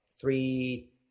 three